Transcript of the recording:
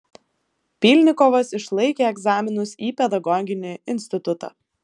pylnikovas išlaikė egzaminus į pedagoginį institutą